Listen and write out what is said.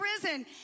prison